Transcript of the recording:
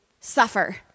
suffer